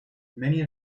many